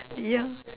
ya